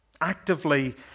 actively